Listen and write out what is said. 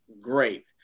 great